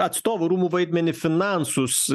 atstovų rūmų vaidmenį finansus